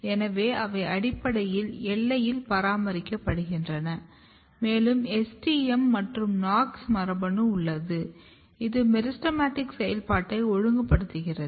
எனவே அவை அடிப்படையில் எல்லையை பராமரிக்கின்றன மேலும் STM மற்றும் KNOX மரபணு உள்ளது இது மெரிஸ்டெமடிக் செயல்பாட்டை ஒழுங்குபடுத்துகிறது